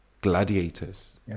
gladiators